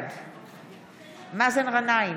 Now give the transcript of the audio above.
בעד מאזן גנאים,